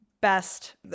best